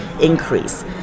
increase